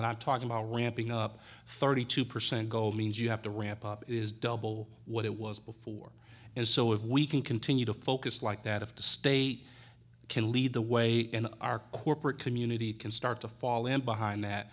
when i talk about ramping up thirty two percent gold means you have to ramp up is double what it was before and so if we can continue to focus like that if the state can lead the way and our corporate community can start to fall in behind that